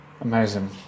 Amazing